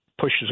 pushes